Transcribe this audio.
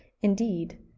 indeed